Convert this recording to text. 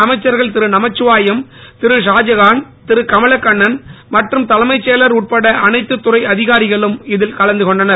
அமைச்சர்கள் திரு நமச்சிவாயம் திரு ஷாஜகான் திரு கமலக்கண்ணன் மற்றும் தலைமைச் செயலர் உட்பட அனைத்து துறை அதிகாரிகளும் இதில் கலந்து கொண்டனர்